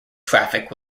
traffic